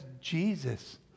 Jesus